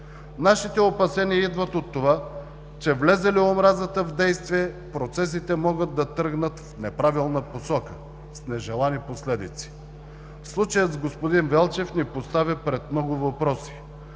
Нашите опасения идват от това, че влезе ли омразата в действие, процесите могат да тръгнат в неправилна посока с нежелани последици. Случаят с господин Велчев ни поставя пред много въпроси.